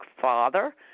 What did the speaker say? father